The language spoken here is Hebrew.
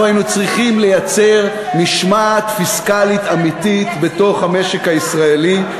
אנחנו היינו צריכים לייצר משמעת פיסקלית אמיתית בתוך המשק הישראלי,